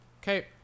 Okay